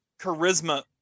charisma